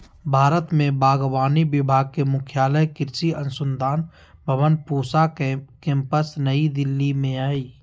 भारत में बागवानी विभाग के मुख्यालय कृषि अनुसंधान भवन पूसा केम्पस नई दिल्ली में हइ